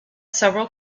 several